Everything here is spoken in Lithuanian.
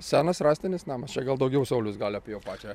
senas rąstinis namas čia gal daugiau saulius gali apie jo pačią